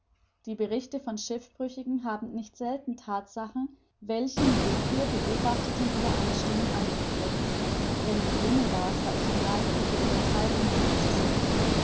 die berichte von schiffbrüchigen haben nicht selten thatsachen welche mit den hier beobachteten übereinstimmen angeführt wenn ich jene las war ich geneigt sie für uebertreibungen anzusehen